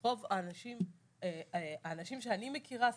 רוב האנשים שאני מכירה סביבי,